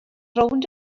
rownd